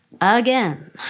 again